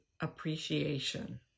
appreciation